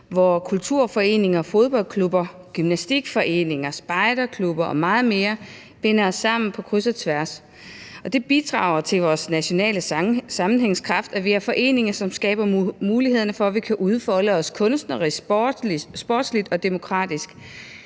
hvor kulturforeninger, fodboldklubber, gymnastikforeninger, spejderklubber og meget mere binder os sammen på kryds og tværs, og det bidrager til vores nationale sammenhængskraft, at vi har foreninger, som skaber mulighederne for, at vi kan udfolde os kunstnerisk, sportsligt og demokratisk